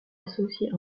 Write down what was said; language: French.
associer